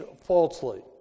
falsely